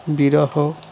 বিরহ